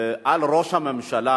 ראש הממשלה,